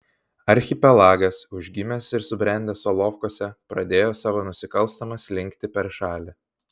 archipelagas užgimęs ir subrendęs solovkuose pradėjo savo nusikalstamą slinktį per šalį